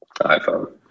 iPhone